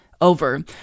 over